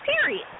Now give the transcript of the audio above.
Period